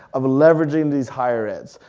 of leveraging these higher eds.